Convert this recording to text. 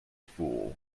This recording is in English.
fool